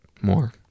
more